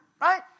right